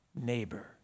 neighbor